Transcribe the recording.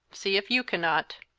see if you cannot.